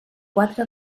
quatre